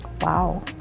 Wow